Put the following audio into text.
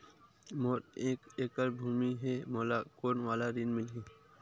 मोर मेर एक एकड़ भुमि हे मोला कोन वाला ऋण मिलही?